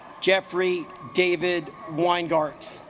jeffrey david weingartz